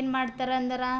ಏನು ಮಾಡ್ತರೆಂದ್ರೆ